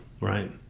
right